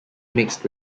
mixed